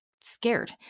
scared